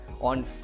on